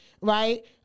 Right